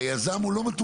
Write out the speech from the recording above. הרי, יזם הוא לא מטומטם.